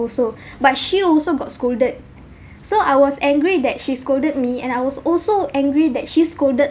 also but she also got scolded so I was angry that she scolded me and I was also angry that she scolded